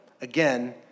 again